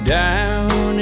down